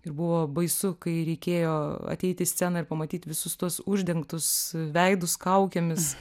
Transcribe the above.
ir buvo baisu kai reikėjo ateiti į sceną ir pamatyt visus tuos uždengtus veidus kaukėmis